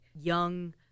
young